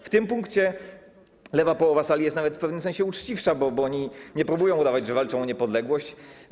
W tej sprawie lewa połowa sali jest nawet w pewnym sensie uczciwsza, bo oni nie próbują udawać, że walczą o niepodległość.